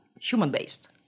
human-based